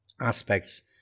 aspects